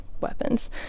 weapons